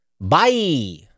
Bye